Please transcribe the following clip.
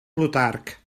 plutarc